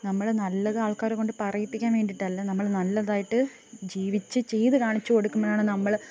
നമ്മൾ നല്ലത് ആൾക്കാരെ കൊണ്ട് പറയിപ്പിക്കാൻ വേണ്ടിയിട്ടല്ല നമ്മൾ നല്ലതായിട്ട് ജീവിച്ച് ചെയ്തു കാണിച്ചു കൊടുക്കുമ്പോഴാണ് നമ്മൾ